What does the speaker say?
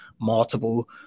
multiple